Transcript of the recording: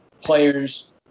players